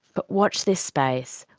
but watch this space.